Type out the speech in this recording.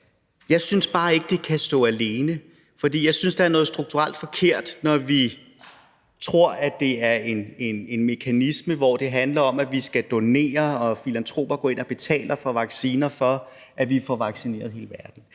jeg synes bare ikke, det kan stå alene, for det er strukturelt forkert, når vi tror, at det er en mekanisme, hvor det handler om, at vi skal donere, og hvor filantroper går ind og betaler for vacciner, for at vi får vaccineret hele verden.